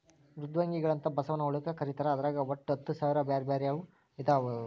ಮೃದ್ವಂಗಿಗಳು ಅಂತ ಬಸವನ ಹುಳಕ್ಕ ಕರೇತಾರ ಅದ್ರಾಗ ಒಟ್ಟ ಹತ್ತಸಾವಿರ ಬ್ಯಾರ್ಬ್ಯಾರೇ ವಿಧ ಅದಾವು